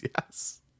Yes